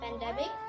pandemic